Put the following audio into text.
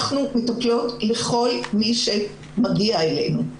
אנחנו מטפלות בכל מי שמגיע אלינו,